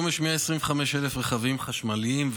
בישראל יש כיום 125,000 רכבים חשמליים,